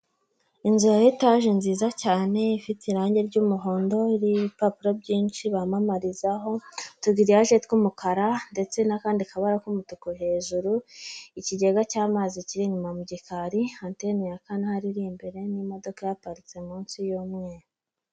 Inzu ya etaje nziza cyane, ifite irange ry'umuhondo, iriho ipapuro byinshi bamamarizaho, utugiriyaje tw'umukara, ndetse n'akandi kabara k'umutuku hejuru, ikigega cy'amazi kiri inyuma mu gikari, anteni ya kanari iri imbere, n'imodoka ihaparitse munsi y'umweru.